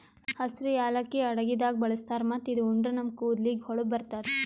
ಹಸ್ರ್ ಯಾಲಕ್ಕಿ ಅಡಗಿದಾಗ್ ಬಳಸ್ತಾರ್ ಮತ್ತ್ ಇದು ಉಂಡ್ರ ನಮ್ ಕೂದಲಿಗ್ ಹೊಳಪ್ ಬರ್ತದ್